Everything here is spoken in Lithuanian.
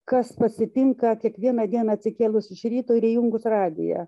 kas pasitinka kiekvieną dieną atsikėlus iš ryto ir įjungus radiją